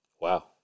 wow